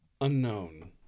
Unknown